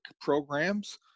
programs